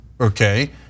okay